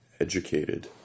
educated